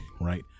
right